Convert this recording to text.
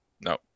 No